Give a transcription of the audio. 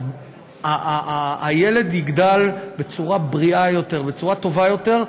אז הילד יגדל בצורה בריאה יותר, בצורה טובה יותר,